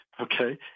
okay